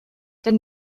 denn